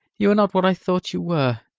you are not what i thought you were.